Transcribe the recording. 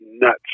nuts